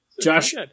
Josh